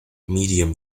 medium